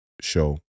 show